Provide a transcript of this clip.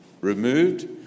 removed